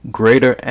greater